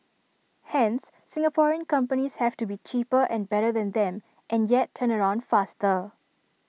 hence Singaporean companies have to be cheaper and better than them and yet turnaround faster